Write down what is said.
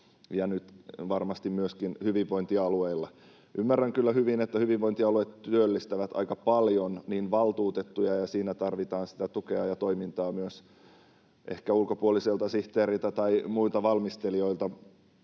ja nyt varmasti myöskin hyvinvointialueilla. Ymmärrän kyllä hyvin, että hyvinvointialue työllistää aika paljon valtuutettuja, ja siinä tarvitaan tukea ja toimintaa ehkä myös ulkopuoliselta sihteeriltä tai muilta valmistelijoilta.